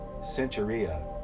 Centuria